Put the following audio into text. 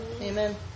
Amen